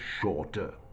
shorter